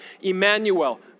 Emmanuel